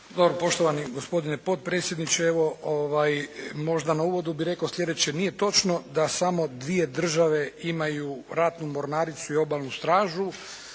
Dobro. Poštovani gospodine potpredsjedniče! Evo, možda na uvodu bih rekao sljedeće. Nije točno da samo dvije države imaju ratnu mornaricu i Obalnu stražu.